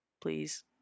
please